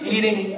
Eating